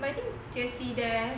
but I think jie qi there